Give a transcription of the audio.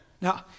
Now